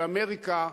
של אמריקה,